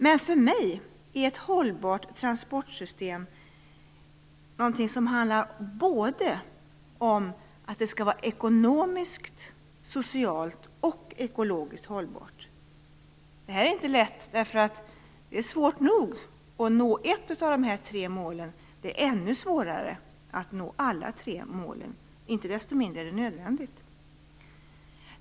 Men för mig är ett hållbart transportsystem någonting som skall vara såväl ekonomiskt som socialt och ekologiskt hållbart. Det är inte lätt. Det är svårt nog att nå ett av dessa tre mål, och det är ännu svårare att nå alla tre. Inte desto mindre är det nödvändigt.